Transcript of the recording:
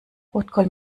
rotkohl